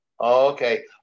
Okay